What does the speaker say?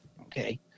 Okay